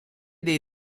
dei